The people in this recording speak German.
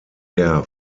der